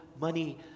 money